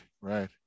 right